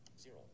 Zero